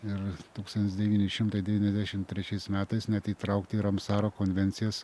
ir tūkstantis devyni šimtai devyniasdešim trečiais metais net įtraukti į ramsaro konvencijas